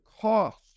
cost